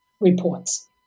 reports